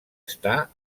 està